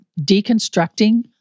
deconstructing